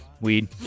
Weed